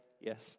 Yes